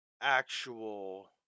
actual